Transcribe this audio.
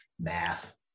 Math